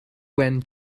when